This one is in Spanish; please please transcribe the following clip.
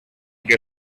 que